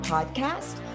Podcast